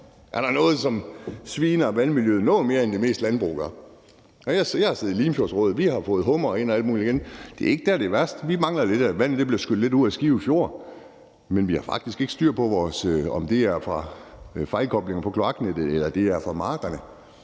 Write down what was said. er da noget, som sviner vandmiljøet en del mere til, end de fleste landbrug gør. Jeg har siddet i Limfjordsrådet, og vi har fået hummere og alt muligt tilbage igen, så det er ikke der, det er værst. Vi mangler lidt, at vandet bliver skyllet lidt ud af Skive Fjord, men vi har faktisk ikke styr på, om det skyldes fejlkoblinger på kloaknettet, eller om det kommer fra markerne.